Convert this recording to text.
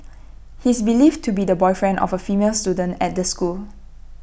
he is believed to be the boyfriend of A female student at the school